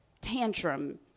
tantrum